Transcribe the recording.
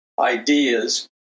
ideas